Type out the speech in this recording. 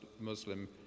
Muslim